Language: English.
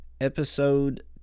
episode